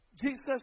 Jesus